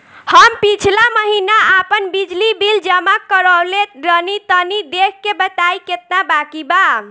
हम पिछला महीना आपन बिजली बिल जमा करवले रनि तनि देखऽ के बताईं केतना बाकि बा?